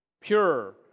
Pure